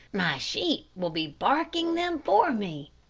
my sheep will be barking them for me.